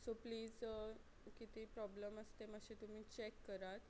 so please कितें problem आसा तें मात्शें तुमी चॅक करात